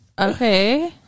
Okay